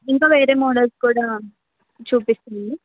ఇంక వేరే మోడల్స్ కూడా చూపిస్తుంది